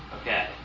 okay